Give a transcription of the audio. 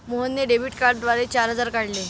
मोहनने डेबिट कार्डद्वारे चार हजार काढले